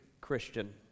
Christian